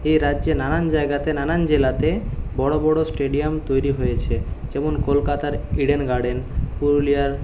এ রাজ্যের নানান জায়গাতে নানান জেলাতে বড় বড় স্টেডিয়াম তৈরি হয়েছে যেমন কলকাতার ইডেন গার্ডেনস পুরুলিয়ার